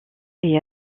est